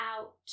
out